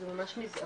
זה ממש מזערי.